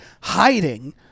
hiding